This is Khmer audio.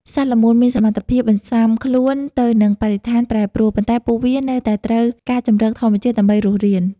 សត្វល្មូនមានសមត្ថភាពបន្សាំខ្លួនទៅនឹងបរិស្ថានប្រែប្រួល ប៉ុន្តែពួកវានៅតែត្រូវការជម្រកធម្មជាតិដើម្បីរស់រាន។